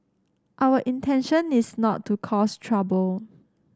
our intention is not to cause trouble